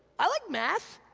i like math.